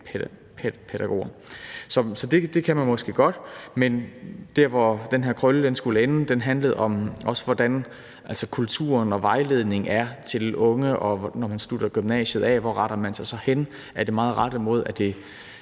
socialpædagoger. Så det kan man måske godt, men det, som den her krølle skulle ende med, handlede også om, hvordan kulturen og vejledningen til unge er, og hvor man, når man slutter gymnasiet af, så retter sig hen. Er det meget rettet mod, at det